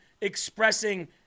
expressing